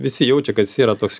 visi jaučia kad jis yra toks